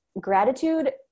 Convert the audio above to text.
gratitude